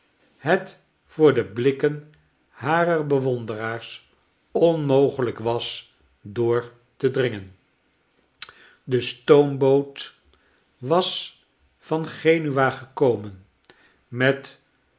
het voor de blikken harer bewonderaars onmogelijk was door te dringen de stoomboot was van genua gekomen met